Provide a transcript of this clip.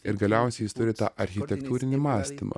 ir galiausiai jis turi tą architektūrinį mąstymą